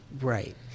Right